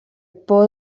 por